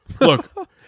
Look